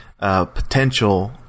potential